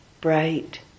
bright